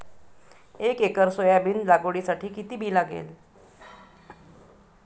एक acre soybean लागवडीसाठी किती बी लागेल?